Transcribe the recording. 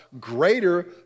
greater